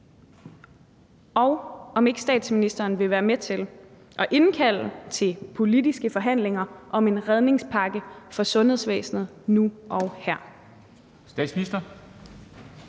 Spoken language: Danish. og om ikke statsministeren vil være med til at indkalde til politiske forhandlinger om en redningspakke for sundhedsvæsenet nu og her.